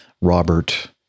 Robert